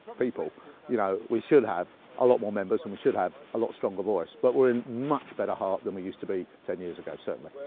people you know we should have a lot more members and we should have a lot stronger voice, but we are in much better heart than we used to be ten years ago certainly.